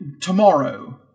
tomorrow